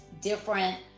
different